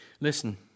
Listen